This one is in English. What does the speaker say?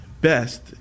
best